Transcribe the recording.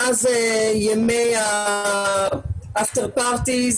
מאז ימי ה-אפטר פרטיס,